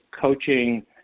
coaching